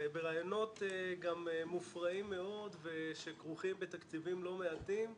ברעיונות גם מופרעים מאוד שכרוכים בתקציבים לא מעטים,